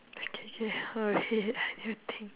I can hear y~ wait I need to think